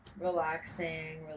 Relaxing